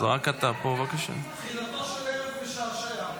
תחילתו של ערב משעשע.